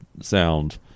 sound